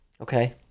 Okay